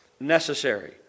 necessary